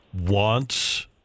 wants